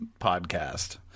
podcast